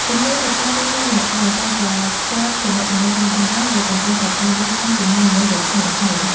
ទំនោរនៃការរស់នៅម្នាក់ឯងតែងតែភ្ជាប់ទំនាក់ទំនងតាមអនឡាញដែលកំពុងតែកើនឡើងក្នុងចំណោមមនុស្សវ័យក្មេងៗ។